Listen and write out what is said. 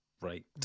right